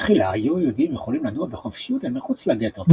בתחילה היו היהודים יכולים לנוע בחופשיות אל מחוץ לגטו,